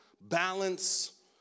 balance